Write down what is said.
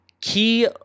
Key